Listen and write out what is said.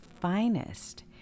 finest